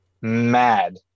mad